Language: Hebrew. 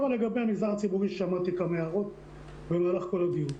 לגבי המגזר הציבורי שמעתי כמה הערות לאורך כל הדיון.